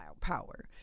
power